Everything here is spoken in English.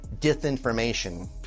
disinformation